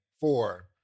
four